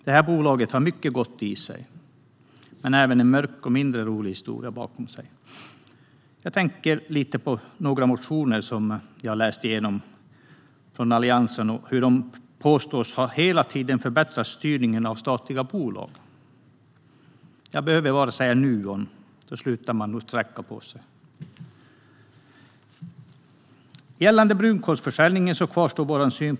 Det bolaget har mycket gott i sig, men det har även en mörk och mindre rolig historia bakom sig. Jag tänker lite på några motioner från Alliansen som jag har läst igenom och på hur man påstår att man hela tiden har förbättrat styrningen av statliga bolag. Jag behöver bara säga Nuon - då slutar man nog att sträcka på sig. Gällande brunkolsförsäljningen kvarstår vår syn.